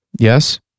Yes